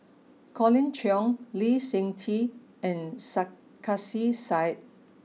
Colin Cheong Lee Seng Tee and Sarkasi Said